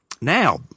now